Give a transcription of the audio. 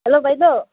hello বাইদেউ